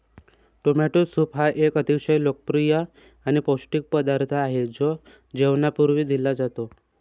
tomato soup हा एक अतिशय लोकप्रिय आणि पौष्टिक पदार्थ आहे जो जेवणापूर्वी दिला जातो